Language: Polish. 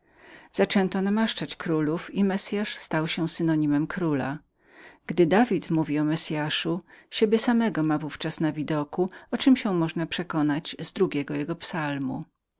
zaczęto namaszczać królów i messyasz stał się jednoznacznikiem króla gdy dawid mówi o messyaszu siebie samego ma w ówczas na widoku jak to można poznać z drugiego jego psalmu